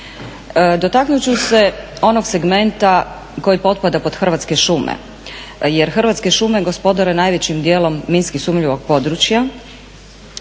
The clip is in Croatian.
Dotaknut ću se onog segmenta koji potpada pod Hrvatske šume jer Hrvatske šume gospodare najvećim dijelom minski sumnjivog područja.